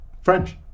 French